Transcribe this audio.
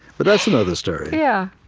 but that's another story yeah.